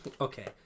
Okay